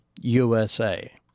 USA